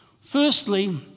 Firstly